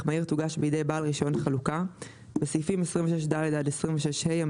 מהיר תוגש בידי בעל רישיון חלוקה (בסעיפים 26ד עד 26ה,